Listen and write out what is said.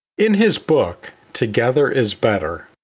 in his book together is better.